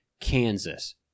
Kansas